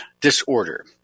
disorder